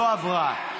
לא עברה.